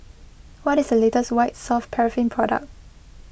what is the latest White Soft Paraffin Product